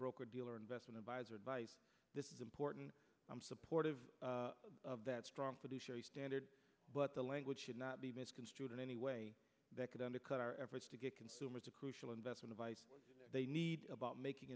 broker dealer investment adviser advice this is important i'm supportive of that strong standard but the language should not be misconstrued in any way that could undercut our efforts to get consumers a crucial investment advice they need about making